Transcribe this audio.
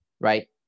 right